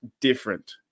different